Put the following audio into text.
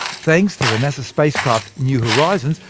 thanks to the nasa spacecraft, new horizons,